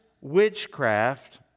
witchcraft